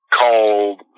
called